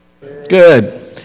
Good